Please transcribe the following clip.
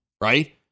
Right